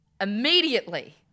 immediately